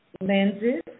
lenses